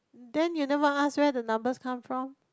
then you never ask where the numbers come from